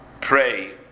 pray